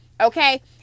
okay